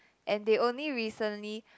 and they only recently